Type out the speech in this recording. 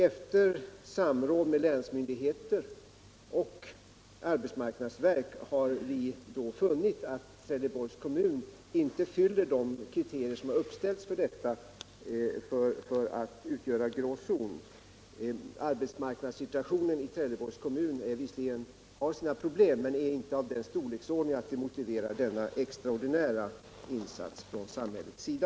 Efter samråd med länsmyndigheter och arbetsmarknadsverk har vi då funnit att Trelleborgs kommun inte fyller de kriterier som uppställts för att en kommun skall utgöra grå zon. Arbetsmarknadssituationen har visserligen sina problem men de är inte av den storleksordningen att de motiverar den extraordinära insatsen från samhällets sida.